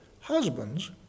Husbands